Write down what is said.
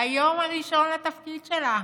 ביום הראשון לתפקיד שלה,